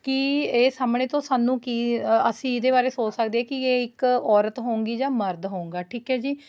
ਕੀ ਇਹ ਸਾਹਮਣੇ ਤੋਂ ਸਾਨੂੰ ਕੀ ਅਸੀਂ ਇਹਦੇ ਬਾਰੇ ਸੋਚ ਸਕਦੇ ਹੈ ਕਿ ਇਹ ਇੱਕ ਔਰਤ ਹੋਉਂਗੀ ਜਾਂ ਮਰਦ ਹੋਉਂਗਾ ਠੀਕ ਹੈ ਜੀ